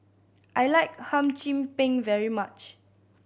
I like Hum Chim Peng very much